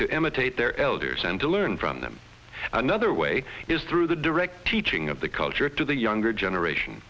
to imitate their elders and to learn from them another way is through the directory ching of the culture to the younger generation